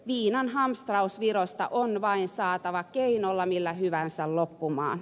viinan hamstraus virosta on vain saatava keinolla millä hyvänsä loppumaan